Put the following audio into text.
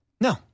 No